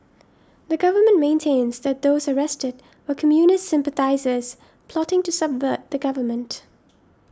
the government maintains that those arrested were communist sympathisers plotting to subvert the government